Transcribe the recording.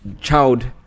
child